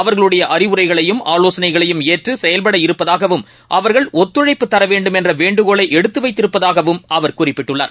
அவர்களுடையஅறிவுரைகளையும் ஆலோசனைகளையும் ஏற்றுசெயல்பட இருப்பதாகவும் அவர்கள் ஒத்துழைப்பு தரவேண்டும் என்றவேண்டுகோளைஎடுத்துவைத்திருப்பதாகவும் அவர் குறிப்பிட்டுள்ளார்